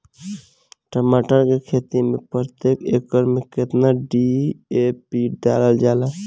टमाटर के खेती मे प्रतेक एकड़ में केतना डी.ए.पी डालल जाला?